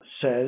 says